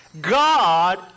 God